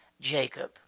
Jacob